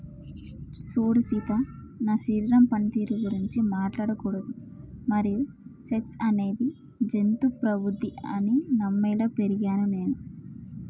సూడు సీత నా శరీరం పనితీరు గురించి మాట్లాడకూడదు మరియు సెక్స్ అనేది జంతు ప్రవుద్ది అని నమ్మేలా పెరిగినాను నేను